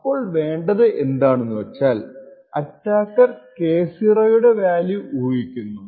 അപ്പോൾ വേണ്ടത് എന്താണെന്നുവച്ചാൽ അറ്റാക്കർ K0 യുടെ വാല്യൂ ഊഹിക്കുന്നു